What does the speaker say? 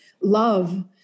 love